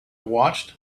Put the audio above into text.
watched